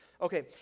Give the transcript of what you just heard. Okay